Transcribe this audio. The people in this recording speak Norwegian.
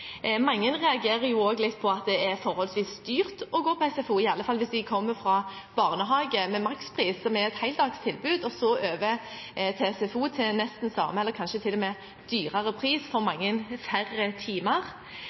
Mange reagerer også litt på at det er forholdsvis dyrt å gå på SFO – i alle fall hvis de kommer fra barnehage med makspris, som er et heldagstilbud, og så over til SFO til nesten samme pris, eller kanskje til og med dyrere, for mange færre timer.